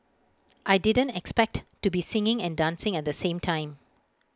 I didn't expect to be singing and dancing at the same time